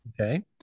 Okay